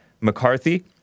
McCarthy